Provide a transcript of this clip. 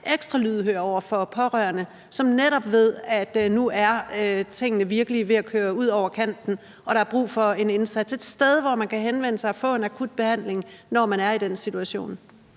ekstra lydhør over for pårørende, som netop ved, at nu er tingene virkelig ved at køre ud over kanten, og at der er brug for en indsats, et sted, hvor man kan henvende sig og få en akut behandling, når man er i den situation?